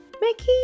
Mickey